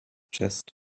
chest